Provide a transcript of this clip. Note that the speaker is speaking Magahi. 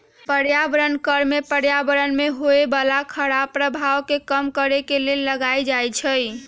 पर्यावरण कर में पर्यावरण में होय बला खराप प्रभाव के कम करए के लेल लगाएल जाइ छइ